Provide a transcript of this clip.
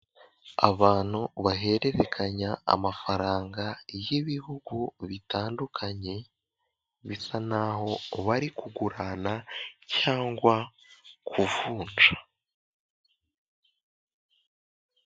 Abantu bahererekanya amafaranga y'ibihugu bitandukanye, bisa naho bari kugurana cyangwa kuvunja.